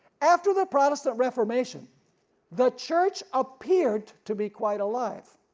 after the protestant reformation the church appeared to be quite alive,